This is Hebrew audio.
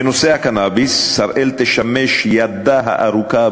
בנושא הקנאביס "שראל" תשמש ידו הארוכה,